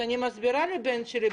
שאני מסבירה לבן שלי,